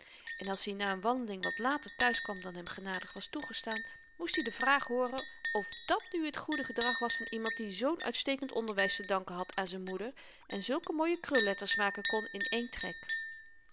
en als i na n wandeling wat later thuiskwam dan hem genadig was toegestaan moest i de vraag hooren of dàt nu t goede gedrag was van iemand die zoo'n uitstekend onderwys te danken had aan z'n moeder en zulke mooie krulletters maken kon in één trek